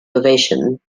ovation